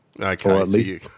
Okay